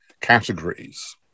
categories